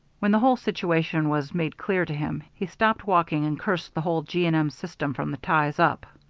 when the whole situation was made clear to him, he stopped walking and cursed the whole g. and m. system, from the ties up.